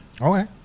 Okay